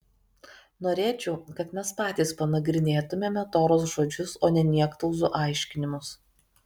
norėčiau kad mes patys panagrinėtumėme toros žodžius o ne niektauzų aiškinimus